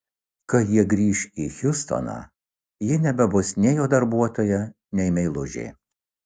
kai jie grįš į hjustoną ji nebebus nei jo darbuotoja nei meilužė